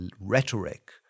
rhetoric